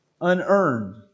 Unearned